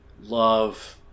Love